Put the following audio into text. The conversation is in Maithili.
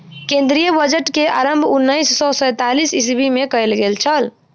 केंद्रीय बजट के आरम्भ उन्नैस सौ सैंतालीस मे कयल गेल छल